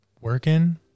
Working